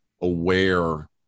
aware